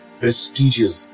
prestigious